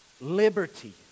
liberty